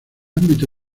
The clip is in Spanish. ámbito